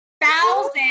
thousand